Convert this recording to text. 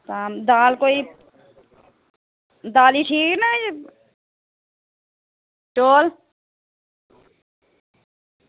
तां दाल भी दालीं ठीक न चौल